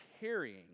carrying